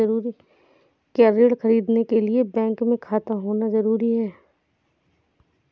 क्या ऋण ख़रीदने के लिए बैंक में खाता होना जरूरी है?